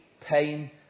pain